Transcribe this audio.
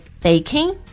baking